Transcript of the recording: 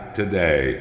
today